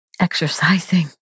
exercising